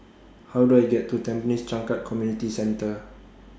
How Do I get to Tampines Changkat Community Centre